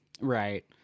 Right